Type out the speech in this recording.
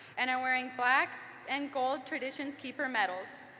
and are wearing black and gold traditions keeper medals.